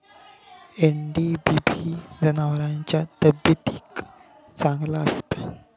NDBB जनावरांच्या तब्येतीक चांगला असता